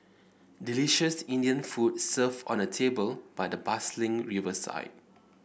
delicious Indian food served on a table by the bustling riverside